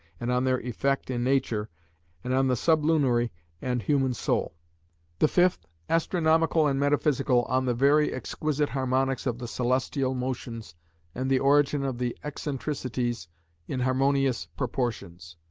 and on their effect in nature and on the sublunary and human soul the fifth, astronomical and metaphysical, on the very exquisite harmonics of the celestial motions and the origin of the excentricities in harmonious proportions.